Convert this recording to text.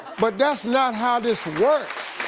but that's not how this workds.